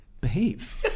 behave